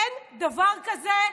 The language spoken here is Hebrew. אין דבר כזה,